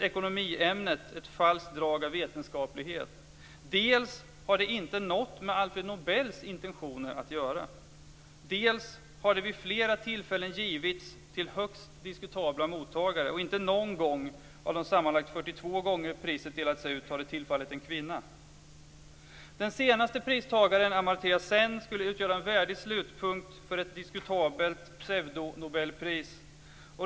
Ekonomiämnet ges också ett falskt drag av vetenskaplighet, och det har inte något med Alfred Nobels intentioner att göra. Det har även vid flera tillfällen givits till högst diskutabla mottagare. Inte någon gång av de sammanlagt 42 gånger priset delats ut har det tillfallit en kvinna. Den senaste pristagaren, Amartya Sen, skulle utgöra en värdig slutpunkt för ett diskutabelt pseudonobelpris.